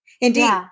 Indeed